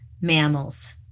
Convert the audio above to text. mammals